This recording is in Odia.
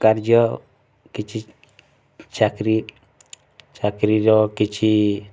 କାର୍ଯ୍ୟ କିଛି ଚାକିରି ଚାକିରିର କିଛି